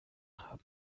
haben